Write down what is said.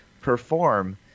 perform